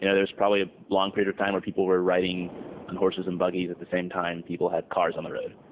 you know there's probably a long period of time where people were riding on horses and buggies, at the same time, people have cars on road.